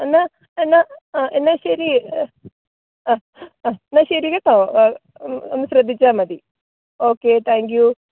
എന്നാൽ എന്നാൽ ആ എന്നാൽ ശരി ആ എന്നാൽ ശരി കേട്ടോ ആ ഒന്നു ശ്രദ്ധിച്ചാൽ മതി ഓക്കെ താങ്ക്യൂ